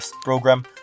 program